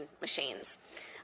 machines